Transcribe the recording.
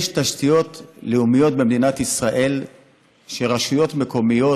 יש תשתיות לאומיות במדינת ישראל שרשויות מקומיות